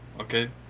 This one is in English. okay